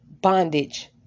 bondage